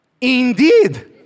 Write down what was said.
Indeed